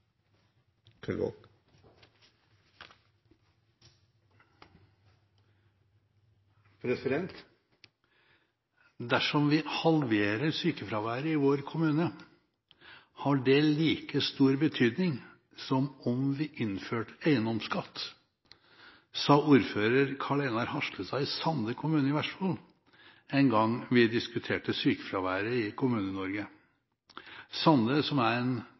Dersom vi halverer sykefraværet i vår kommune, har det like stor betydning som om vi innførte eiendomsskatt, sa ordfører Karl Einar Haslestad i Sande kommune i Vestfold en gang vi diskuterte sykefraværet i Kommune-Norge. Sande, som er en